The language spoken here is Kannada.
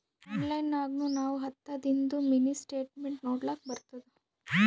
ಆನ್ಲೈನ್ ನಾಗ್ನು ನಾವ್ ಹತ್ತದಿಂದು ಮಿನಿ ಸ್ಟೇಟ್ಮೆಂಟ್ ನೋಡ್ಲಕ್ ಬರ್ತುದ